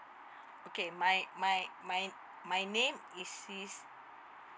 okay my my my my name is is